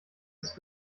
ist